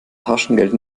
taschengeld